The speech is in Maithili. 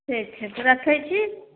ठीक छै तऽ रथै छी